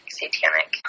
satanic